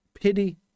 Pity